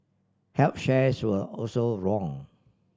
health shares were also wrong